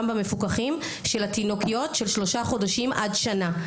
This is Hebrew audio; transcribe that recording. במפוקחים של התינוקיות של שלושה חודשים עד שנה.